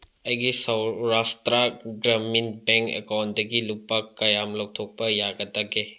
ꯑꯩꯒꯤ ꯁꯧꯔꯥꯁꯇ꯭ꯔ ꯒ꯭ꯔꯥꯃꯤꯟ ꯕꯦꯡ ꯑꯦꯀꯥꯎꯟꯇꯒꯤ ꯂꯨꯄꯥ ꯀꯌꯥꯝ ꯂꯧꯊꯣꯛꯄ ꯌꯥꯒꯗꯒꯦ